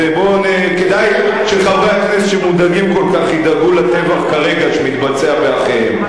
אז כדאי שחברי הכנסת שמודאגים כל כך ידאגו לטבח כרגע שמתבצע באחיהם.